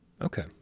Okay